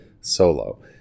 Solo